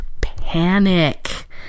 panic